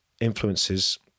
influences